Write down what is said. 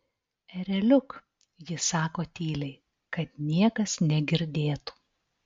ereliuk ji sako tyliai kad niekas negirdėtų